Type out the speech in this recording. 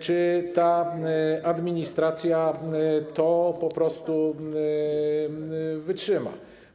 czy ta administracja to po prostu wytrzyma.